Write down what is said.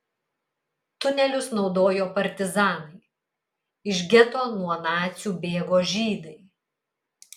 tunelius naudojo partizanai iš geto nuo nacių bėgo žydai